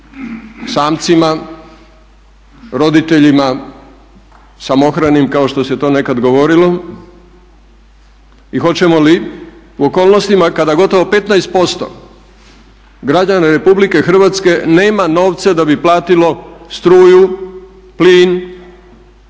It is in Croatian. samcima, roditeljima samohranim kao što se to nekada govorilo i hoćemo li u okolnostima kada gotovo 15% građana Republike Hrvatske nema novce da bi platilo struju, plin,